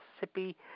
Mississippi